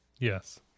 Yes